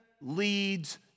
leads